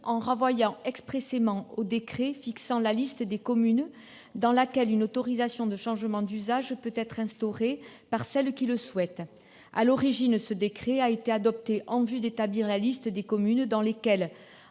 en renvoyant expressément au décret fixant la liste des communes pour lesquelles une autorisation de changement d'usage peut être instaurée par celles qui le souhaitent. À l'origine, ce décret a été adopté en vue d'établir la liste des communes dans lesquelles,